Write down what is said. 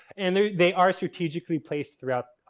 and they they are strategically placed throughout.